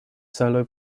solo